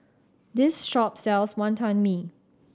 this shop sells Wantan Mee